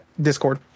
Discord